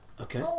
Okay